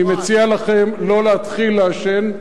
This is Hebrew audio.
אני מציע לכם לא להתחיל לעשן,